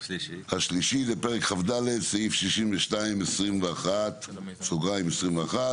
השלישי זה פרק כ"ד סעיף 62 פסקה 21,